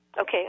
Okay